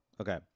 Okay